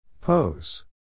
Pose